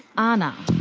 ana.